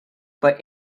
but